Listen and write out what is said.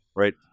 right